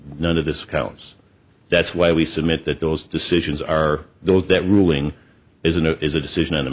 none of this counts that's why we submit that those decisions are those that ruling is and it is a decision on the